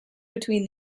between